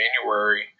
January